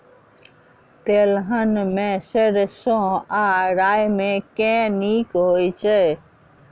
तेलहन मे सैरसो आ राई मे केँ नीक होइ छै?